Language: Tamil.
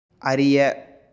அறிய